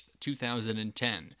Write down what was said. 2010